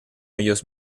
ellos